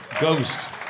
Ghost